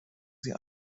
sie